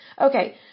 Okay